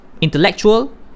intellectual